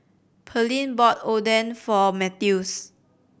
Pearline bought Oden for Mathews